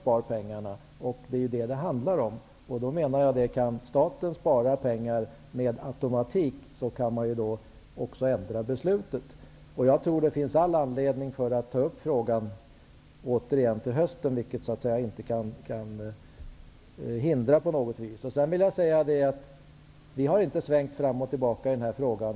Jag menar att man också kan ändra beslutet om staten sparar pengar med automatik. Jag tror att det finns all anledning att ta upp frågan igen till hösten. Jag vill också säga att vi inte har svängt fram och tillbaka i den här frågan.